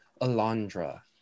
Alondra